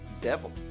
devil